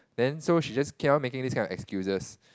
then so she just keep on making this kind of excuses